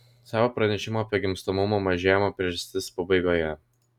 savo pranešimo apie gimstamumo mažėjimo priežastis pabaigoje